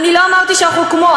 אני לא אמרתי שאנחנו כמו,